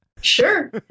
Sure